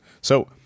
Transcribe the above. So-